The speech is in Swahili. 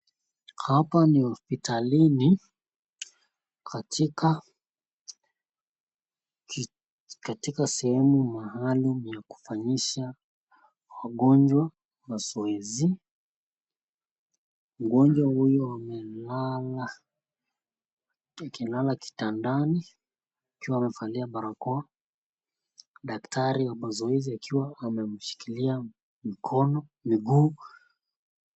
Hapa ni hospitalini katika sehemu maalum ya kufanyisha wagonjwa mazoezi. Mgonjwa huyu amelala kitandani akiwa amevalia barakoa, daktari wa mazoezi akiwa amemshikilia mguu.